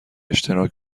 اشتراک